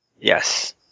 Yes